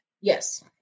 yes